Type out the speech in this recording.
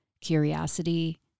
curiosity